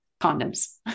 condoms